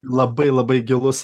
labai labai gilus